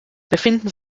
befinden